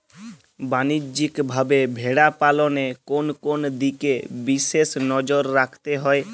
বাণিজ্যিকভাবে ভেড়া পালনে কোন কোন দিকে বিশেষ নজর রাখতে হয়?